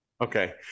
Okay